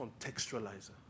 contextualizer